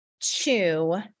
two